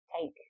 take